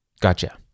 Gotcha